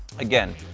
again,